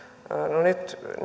no nyt